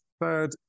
third